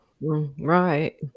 Right